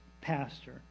pastor